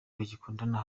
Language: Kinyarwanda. bagikundana